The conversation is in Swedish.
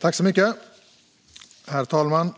Herr talman!